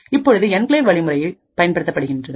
இப்பொழுது என்கிளேவ் வழிமுறையில் பயன்படுத்தப்படுகின்றது